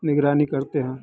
निगरानी कडरते हैं